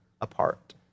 apart